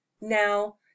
now